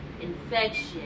Infection